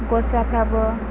गस्लाफ्राबो